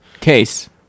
Case